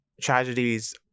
tragedies